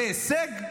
זה הישג?